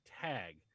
tag